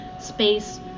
space